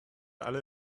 alle